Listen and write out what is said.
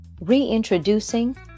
reintroducing